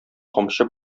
камчы